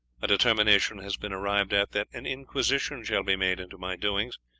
a determination has been arrived at that an inquisition shall be made into my doings,